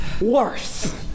worse